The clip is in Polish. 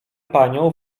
panią